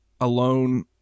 alone